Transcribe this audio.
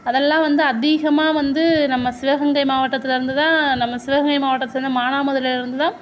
அதெல்லாம் வந்து அதிகமாக வந்து நம்ம சிவகங்கை மாவட்டத்தில் இருந்து தான் நம்ம சிவகங்கை மாவட்டத்துலேந்து மானாமதுரையில் இருந்து தான்